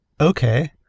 Okay